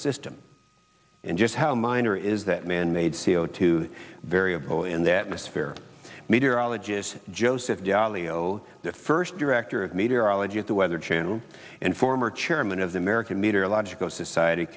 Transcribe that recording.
system and just how minor is that man made c o two variable in that most fair meteorologists josephs jaleo first director of meteorology at the weather channel and former chairman of the american meat a logical society